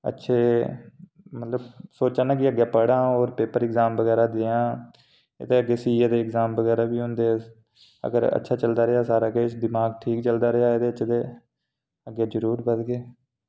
अच्छे मतलब सोचा ना कि अग्गें पढ़ां होर पेपर एग्जाम बगैरा देआं एह्दे अग्गें सीए दे एग्जाम बगैरा बी होंदे अगर अच्छा चलदा रेहा सारा दिमाग ठीक चलदा रेहा एह्दे च ते अग्गें जरूर बधगे